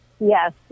Yes